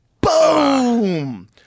Boom